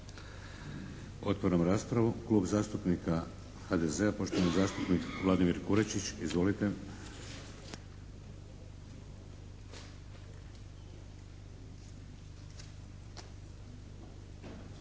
Otvaram raspravu. Klub zastupnika HDZ-a, poštovani zastupnik Vladimir Kurečić. Izvolite.